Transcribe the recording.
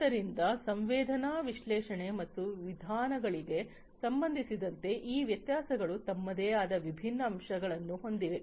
ಆದ್ದರಿಂದ ಸಂವೇದನಾ ವಿಶ್ಲೇಷಣೆ ಮತ್ತು ವಿಧಾನಗಳಿಗೆ ಸಂಬಂಧಿಸಿದಂತೆ ಈ ವ್ಯತ್ಯಾಸಗಳು ತಮ್ಮದೇ ಆದ ವಿಭಿನ್ನ ಅಂಶಗಳನ್ನು ಹೊಂದಿವೆ